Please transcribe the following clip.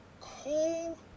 cool